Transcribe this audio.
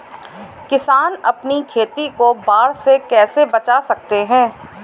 किसान अपनी खेती को बाढ़ से कैसे बचा सकते हैं?